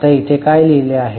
आता इथे काय लिहिले आहे